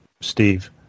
Steve